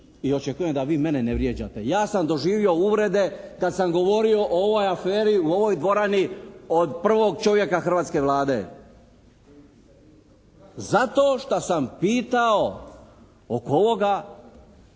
i očekujem da vi mene ne vrijeđate. Ja sam doživio uvrede kad sam govorio o ovoj aferi u ovoj dvorani od prvog čovjeka hrvatske Vlade, zato što sam pitao oko ovoga što više